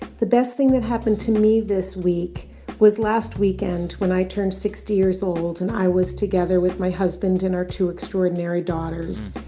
the best thing that happened to me this week was last weekend, when i turned sixty years old, and i was together with my husband and our two extraordinary daughters.